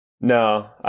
No